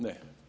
Ne.